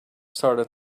started